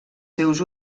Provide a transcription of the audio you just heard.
seus